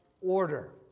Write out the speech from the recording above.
order